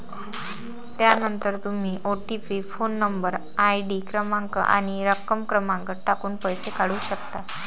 त्यानंतर तुम्ही OTP phone number, ID क्रमांक आणि रक्कम क्रमांक टाकून पैसे काढू शकता